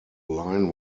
line